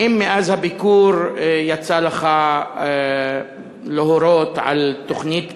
האם מאז הביקור יצא לך להורות על תוכנית פעולה,